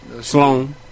Sloan